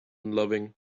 unloving